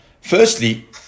Firstly